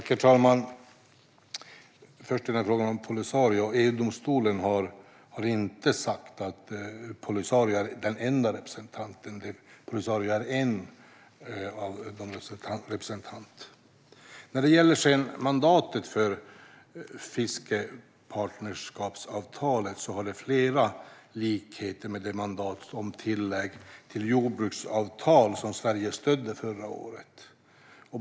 Herr talman! När det gäller frågan om Polisario har EU-domstolen inte sagt att Polisario är den enda representanten utan att Polisario är en representant. Mandatet för fiskepartnerskapsavtalet har flera likheter med det mandat som är ett tillägg till det jordbruksavtal som Sverige stödde förra året.